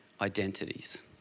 identities